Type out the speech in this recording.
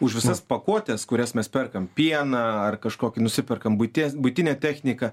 už visas pakuotes kurias mes perkam pieną ar kažkokį nusiperkam buities buitinę techniką